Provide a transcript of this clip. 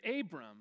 Abram